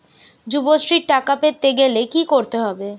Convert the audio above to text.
যুবশ্রীর টাকা পেতে গেলে কি করতে হবে?